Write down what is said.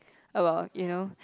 about you know